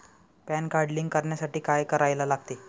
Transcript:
Pan card link करण्यासाठी काय करायला लागते?